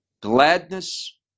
gladness